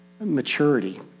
Maturity